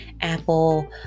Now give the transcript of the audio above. Apple